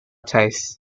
taste